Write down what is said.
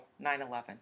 9-11